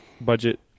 budget